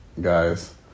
guys